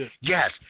yes